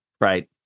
right